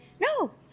no